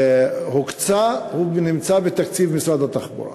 הוקצה, והוא נמצא בתקציב משרד התחבורה.